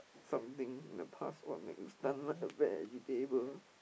something in the past what like stunned like a vegetable